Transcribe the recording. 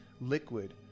liquid